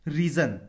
reason